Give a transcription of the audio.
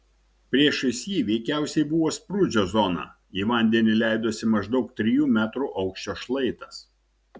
priešais jį veikiausiai buvo sprūdžio zona į vandenį leidosi maždaug trijų metrų aukščio šlaitas